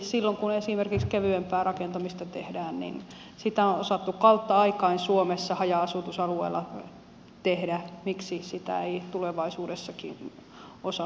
silloin kun esimerkiksi kevyempää rakentamista tehdään sitä on osattu kautta aikain suomessa haja asutusalueella tehdä miksi sitä ei tulevaisuudessakin osattaisi